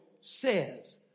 says